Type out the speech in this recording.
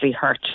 hurt